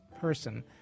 person